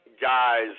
guys